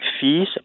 fees